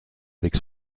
avec